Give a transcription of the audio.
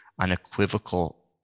unequivocal